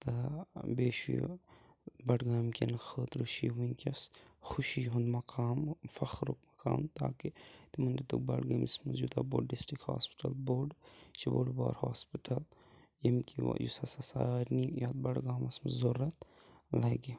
تہٕ بیٚیہِ چھُ یہِ بَڈگام کیٚن خٲطرٕ چھُ یہِ وُنٛکیٚس خوشی ہُنٛد مَقام فخرُک مَقام تاکہِ تِمن دیٛتُکھ بڈگٲمِس منٛز یوٗتاہ بوٚڑ ڈِسٹِرٛکٹ ہاسپِٹَل بوٚڑ یہِ چھُ بوٚڑ بارٕ ہاسپِٹَل ییٚمہِ کہِ یُس ہَسا سارنٕے یَتھ بَڈگامَس منٛز ضروٗرت لَگہِ